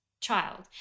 child